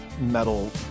metal